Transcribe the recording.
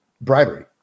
bribery